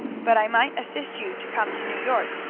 but i might assist you to come to new york,